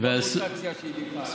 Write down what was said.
זה, רוטציה שנגמר.